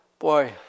Boy